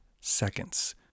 seconds